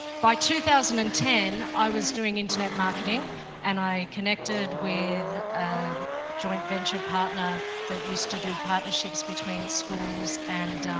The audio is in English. by two thousand and ten i was doing internet marketing and i connected with a joint venture partner that used to do partnerships between schools and